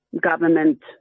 government